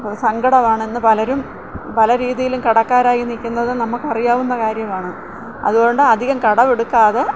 സങ്കടമാണ് ഇന്ന് പലരും പല രീതിയിലും കടക്കാരായി നിൽക്കുന്നത് നമുക്ക് അറിയാവുന്ന കാര്യമാണ് അതുകൊണ്ട് അധികം കടമെടുക്കാതെ